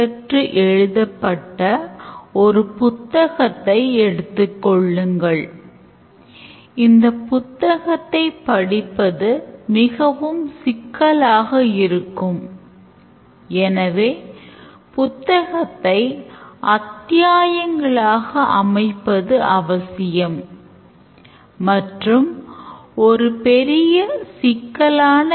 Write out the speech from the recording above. எனவே மாணவர் அவர் எடுக்கும் courses ன் அடிப்படையில் செமஸ்டருக்கான கட்டணதை வசூலிக்கலாம்